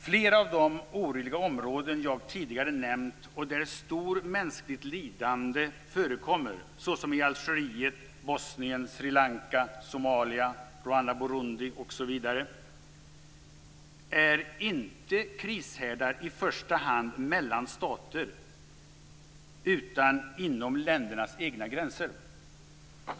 Flera av de oroliga områden jag tidigare nämnt och där stort mänskligt lidande förekommer, såsom Algeriet, Bosnien, Sri Lanka, Somalia, Rwanda, Burundi, osv., är inte krishärdar i första hand mellan stater utan inom ländernas egna gränser.